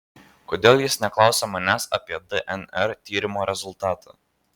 kodėl jis neklausia manęs apie dnr tyrimo rezultatą